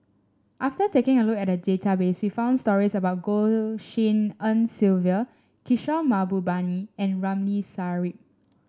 after taking a look at a database we found stories about Goh Tshin En Sylvia Kishore Mahbubani and Ramli Sarip